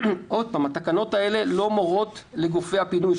התקנות האלה לא מורות לגופי הפינוי,